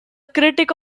critic